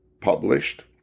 published